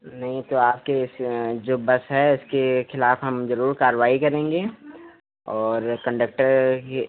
नहीं तो आपके इस जो बस है उसके खिलाफ़ हम ज़रूर कारवाही करेंगे और कंडक्टर की